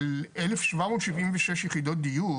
של אלף שבע מאות שבעים ושש יחידות דיור